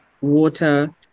Water